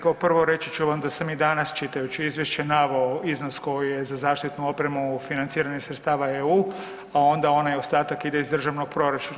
Kao prvo, reći ću vam da sam i danas, čitajući Izvješće naveo iznos koji je za zaštitnu opremu financiran iz sredstava EU, a onda onaj ostatak ide iz državnog proračuna.